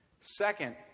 Second